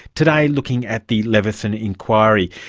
today looking at the leveson inquiry,